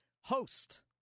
host